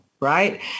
right